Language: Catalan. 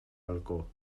balcó